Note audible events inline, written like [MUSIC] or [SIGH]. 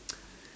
[NOISE]